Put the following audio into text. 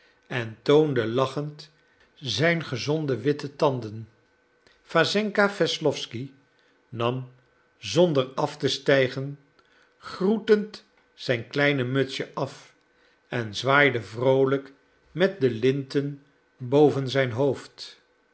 en toonde lachend zijn gezonde witte tanden wassenka wesslowsky nam zonder af te stijgen groetend zijn klein mutsje af en zwaaide vroolijk met de linten boven zijn hoofd